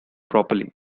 properly